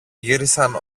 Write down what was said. γύρισαν